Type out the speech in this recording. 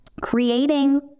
creating